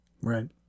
Right